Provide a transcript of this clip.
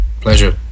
Pleasure